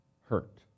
hurt